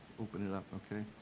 open it up, okay?